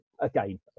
again